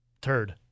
turd